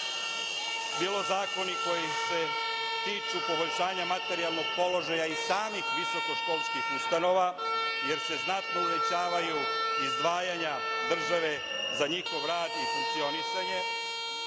bilo zakoni koji se tiču poboljšanja materijalnog položaja i samih visokoškolskih ustanova, jer se znatno uvećavaju izdvaja države za njihov rad i funkcionisanje,